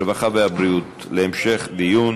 הרווחה והבריאות להמשך דיון.